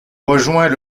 rejoint